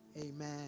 Amen